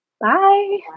Bye